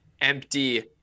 empty